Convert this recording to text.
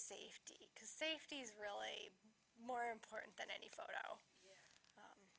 safety because safety is really more important than any photo